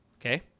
Okay